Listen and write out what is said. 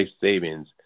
savings